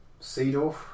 Seedorf